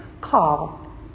Call